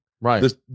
Right